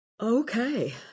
Okay